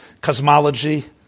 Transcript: cosmology